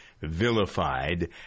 vilified